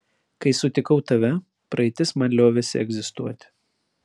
kai sutikau tave praeitis man liovėsi egzistuoti